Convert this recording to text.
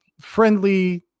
friendly